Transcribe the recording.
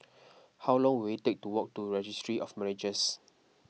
How long will it take to walk to Registry of Marriages